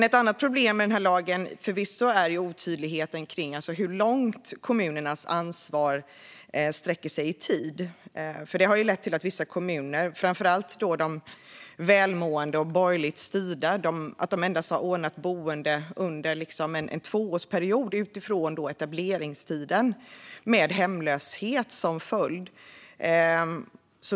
Ett annat problem med den här lagen är otydligheten kring hur långt kommunernas ansvar sträcker sig i tid. Det har lett till att vissa kommuner, framför allt de välmående och borgerligt styrda, endast har ordnat boende under en tvåårsperiod, utifrån etableringstiden, med hemlöshet som följd.